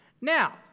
Now